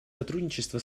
сотрудничество